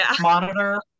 monitor